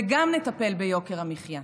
וגם נטפל ביוקר המחיה.